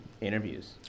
Interviews